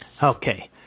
Okay